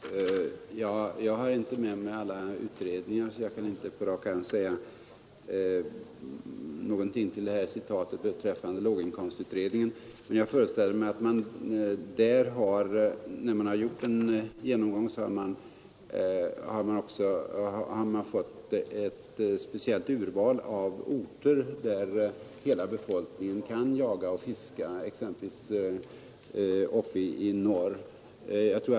Fru talman! Jag har inte med mig alla utredningar, så jag kan inte på rak arm kommentera det här citatet från låginkomstutredningen, men jag föreställer mig att när man har gjort en sådan genomgång så har man fått ett speciellt urval av orter där nästan hela befolkningen kan jaga och fiska, exempelvis i vissa trakter uppe i norr.